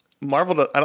Marvel